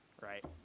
right